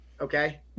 Okay